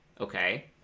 okay